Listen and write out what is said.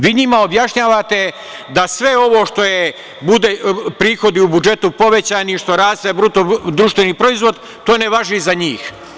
Vi njima objašnjavate da sve ovo što budu prihodi u budžetu povećani, što raste BDP, to ne važi za njih.